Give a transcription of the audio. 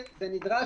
זה הגיע בבוקר.